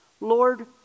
Lord